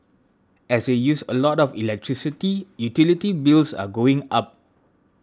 as they use a lot of electricity utility bills are going up